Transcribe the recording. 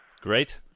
Great